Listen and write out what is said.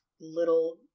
little